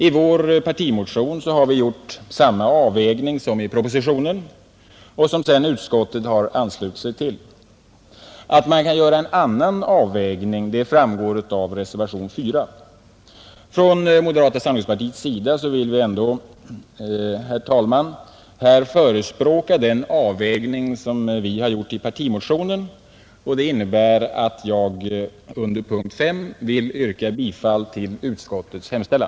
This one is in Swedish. I vår partimotion har vi gjort samma avvägning som i propositionen, som sedan utskottet har anslutit sig till. Att man kan göra en annan avvägning framgår av reservationen 4, Från moderata samlingspartiets sida vill vi ändå, herr talman, här förespråka den avvägning som vi har gjort i partimotionen, och det innebär att jag under punkten S vill yrka bifall till utskottets hemställan.